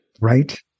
Right